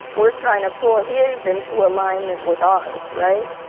we're trying to pull his into alignment with ours, right?